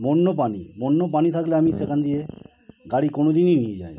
বন্যপ্রাণী বন্যপ্রাণী থাকলে আমি সেখান দিয়ে গাড়ি কোনওদিনই নিয়ে যাই না